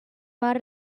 mas